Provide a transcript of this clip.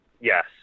Yes